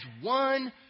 one